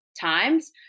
times